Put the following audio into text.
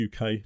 UK